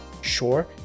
sure